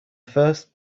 first